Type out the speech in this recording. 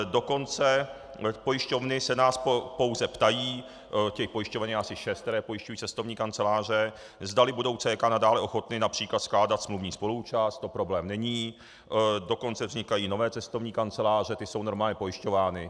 Dokonce pojišťovny se nás pouze ptají těch pojišťoven je asi šest, které pojišťují cestovní kanceláře zdali budou CK nadále ochotny například skládat smluvní spoluúčast, to problém není, dokonce vznikají nové cestovní kanceláře, ty jsou normálně pojišťovány.